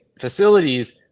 facilities